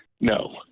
No